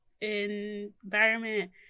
environment